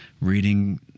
reading